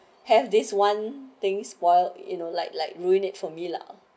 have this one things while you know like like ruined it for me lah